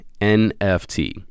NFT